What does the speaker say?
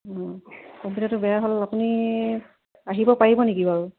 অঁ কম্পিউটাৰটো বেয়া হ'ল আপুনি আহিব পাৰিব নেকি বাৰু